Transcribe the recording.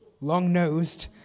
long-nosed